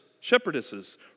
shepherdesses